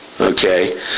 okay